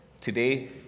Today